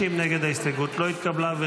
ההסתייגות לא התקבלה.